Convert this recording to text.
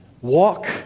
walk